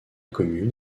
commune